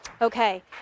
Okay